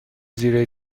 زیره